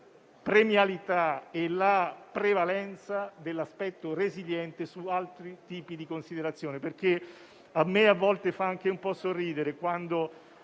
la premialità e la prevalenza dell'aspetto resiliente su altri tipi di considerazione.